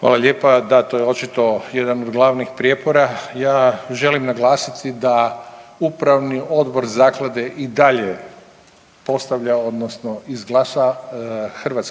Hvala lijepa. Da, to je očito jedan od glavnih prijepora. Ja želim naglasiti da upravni odbor zaklade i dalje postavlja odnosno izglasa HS